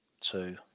Two